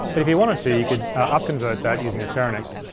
but if you wanted to, you could upconvert that using a teranex.